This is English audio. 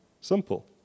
Simple